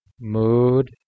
mood